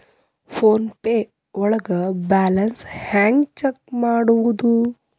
Phone pay ಒಳಗ balance ಹೆಂಗ್ check ಮಾಡುವುದು?